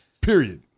period